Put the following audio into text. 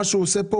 מה שהוא עושה כאן,